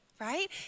right